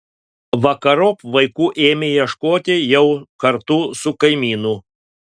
vakarop vaikų ėmė ieškoti jau kartu su kaimynu